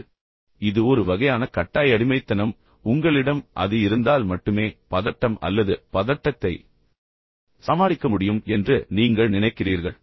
எனவே இது ஒரு வகையான கட்டாய அடிமைத்தனம் உங்களிடம் அது இருந்தால் மட்டுமே பதட்டம் அல்லது பதட்டத்தை சமாளிக்க முடியும் என்று நீங்கள் நினைக்கிறீர்கள்